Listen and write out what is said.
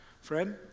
Friend